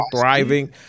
thriving